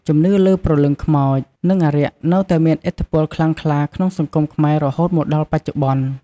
ជំនឿលើព្រលឹងខ្មោច និងអារក្សនៅតែមានឥទ្ធិពលខ្លាំងក្លាក្នុងសង្គមខ្មែររហូតមកដល់បច្ចុប្បន្ន។